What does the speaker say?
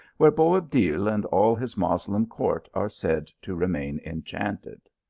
where boabdil and all his moslem court are said to remain enchanted.